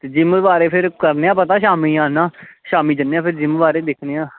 ते जिम बारै करना पता शामीं आना शामीं जन्ने आं ते जिम बारै ई दिक्खनै आं